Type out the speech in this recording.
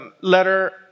letter